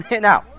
Now